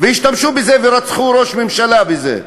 השתמשו בזה ורצחו ראש ממשלה בזה,